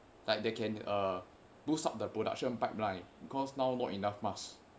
like they can uh boost up the production pipeline cause now not enough mask